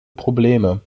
probleme